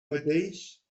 mateix